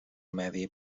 medi